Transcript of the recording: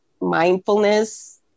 mindfulness